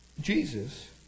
Jesus